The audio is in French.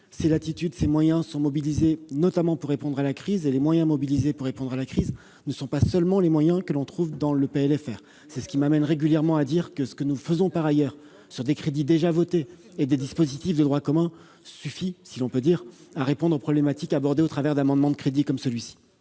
Ces latitudes sont mobilisées notamment pour répondre à la crise ; les moyens utilisés pour affronter la situation ne sont donc pas seulement ceux que l'on trouve dans les PLFR. C'est ce qui m'amène régulièrement à dire que ce que nous faisons par ailleurs à l'aide de crédits déjà votés et dans le cadre de dispositifs de droit commun suffit, si l'on peut dire, à répondre aux problématiques abordées par le biais d'amendements de crédits comme celui-ci.